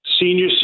senior